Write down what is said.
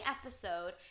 episode